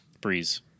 Breeze